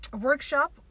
workshop